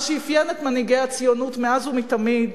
מה שאפיין את מנהיגי הציונות מאז ומתמיד,